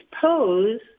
pose